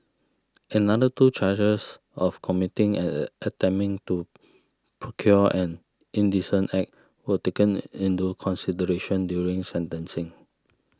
another two charges of committing and attempting to procure an indecent act were taken into consideration during sentencing